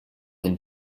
than